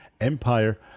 Empire